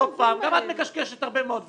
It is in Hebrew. גם את מקשקשת הרבה מאוד דברים,